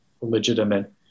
legitimate